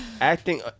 Acting